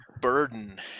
burden